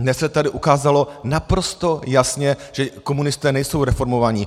Dnes se tady ukázalo naprosto jasně, že komunisté nejsou reformovaní.